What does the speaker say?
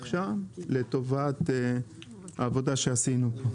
המחירים פה בעשרים השנים האחרונות עלו בכ-100%.